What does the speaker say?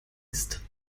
ist